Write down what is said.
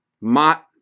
Mott